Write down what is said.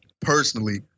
personally